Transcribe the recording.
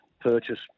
purchase